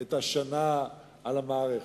את השנה על המערכת.